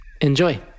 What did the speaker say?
Enjoy